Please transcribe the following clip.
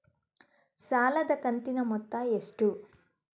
ಸಾಲದ ಕಂತಿನ ಮೊತ್ತ ಎಷ್ಟು?